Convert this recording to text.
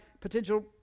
potential